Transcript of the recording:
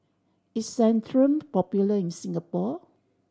is Centrum popular in Singapore